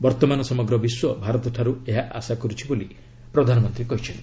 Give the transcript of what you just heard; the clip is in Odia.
ବର୍ତ୍ତମାନ ସମଗ୍ର ବିଶ୍ୱ ଭାରତଠାରୁ ଏହା ଆଶା କରୁଛି ବୋଲି ପ୍ରଧାନମନ୍ତ୍ରୀ କହିଛନ୍ତି